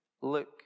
Look